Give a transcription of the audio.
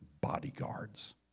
bodyguards